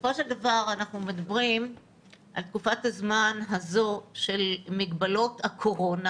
בסופו של דבר אנחנו מדברים על תקופת הזמן הזאת של מגבלות הקורונה,